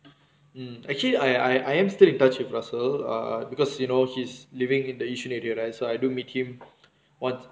um actually I I I am still in touch with russell err because you know he's living in the yishun area right so I do meet him once